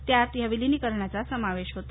त्यात या विलिनीकरणाचा समावेश होता